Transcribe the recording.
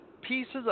Pieces